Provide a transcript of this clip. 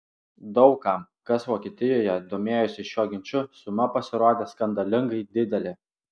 daug kam kas vokietijoje domėjosi šiuo ginču suma pasirodė skandalingai didelė